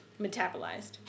metabolized